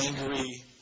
angry